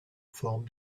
forme